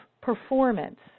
performance